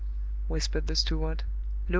whispered the steward,